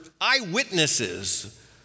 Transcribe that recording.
eyewitnesses